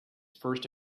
first